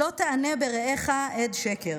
"לא תענה ברעך עד שקר"